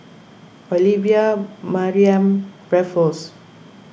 Olivia Mariamne Raffles